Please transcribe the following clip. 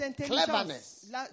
Cleverness